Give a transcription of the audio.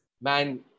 man